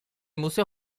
museo